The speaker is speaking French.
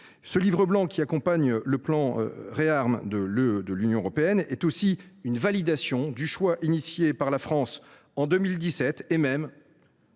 Ce livre blanc, qui accompagne le plan ReArm de l’Union européenne, est aussi une validation du choix effectué par la France en 2017, et même